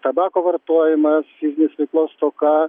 tabako vartojimas fizinės veiklos stoka